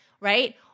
Right